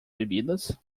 bebidas